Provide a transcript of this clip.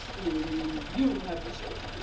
you mean you have a show to